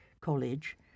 college